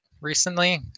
recently